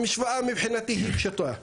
המשוואה מבחינתי היא פשוטה.